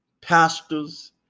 pastors